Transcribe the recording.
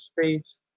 space